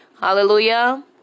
Hallelujah